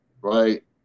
right